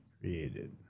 created